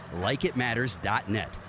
LikeItMatters.net